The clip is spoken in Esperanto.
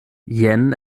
jen